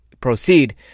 proceed